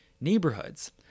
neighborhoods